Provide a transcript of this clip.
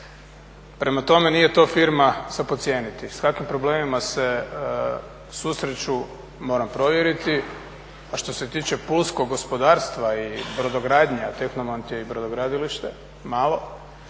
Prema tome, nije to firma za podcijeniti. S kakvim problemima se susreću, moram provjeriti. A što se tiče … gospodarstva i brodogradnje, a Technomont je i brodogradilište, malo,